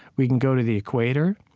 we can go to the equator,